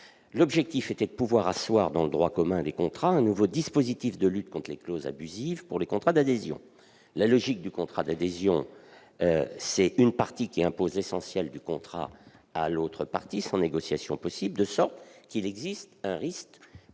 L'objectif était de pouvoir asseoir dans le droit commun des contrats un nouveau dispositif de lutte contre les clauses abusives pour les contrats d'adhésion : la logique du contrat d'adhésion, c'est une partie qui impose l'essentiel du contrat à l'autre partie, sans négociation possible, de sorte qu'il existe un risque